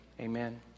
Amen